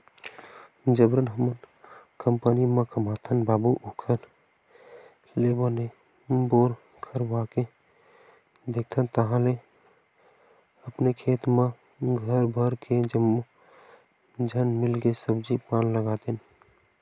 जबरन हमन कंपनी म कमाथन बाबू ओखर ले बने बोर करवाके देखथन ताहले अपने खेत म घर भर के जम्मो झन मिलके सब्जी पान लगातेन